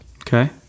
Okay